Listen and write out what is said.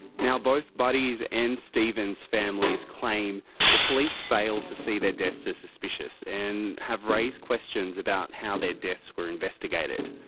now both buddy's and stephen's families claim the police failed to see their deaths as suspicious and have raised questions about how their deaths were investigated.